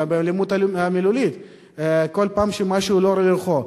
אבל באלימות מילולית כל פעם שמשהו לא לרוחו.